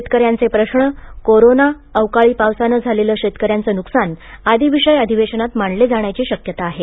शेतकऱ्यांचे प्रश्न कोरोना अवकाळी पावसाने झालेले शेतकऱ्यांचे नुकसान आदी विषय अधिवेशनात मांडले जाण्याची शक्यता आहे